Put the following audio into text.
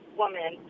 woman